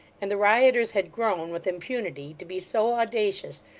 and the rioters had grown, with impunity, to be so audacious,